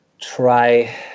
try